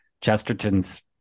Chesterton's